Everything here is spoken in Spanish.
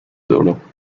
duro